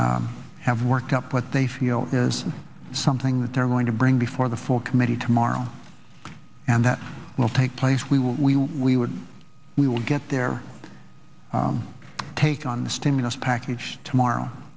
basis have worked up what they feel is something that they're going to bring before the full committee tomorrow and that will take place we will we will we would we will get their take on the stimulus package tomorrow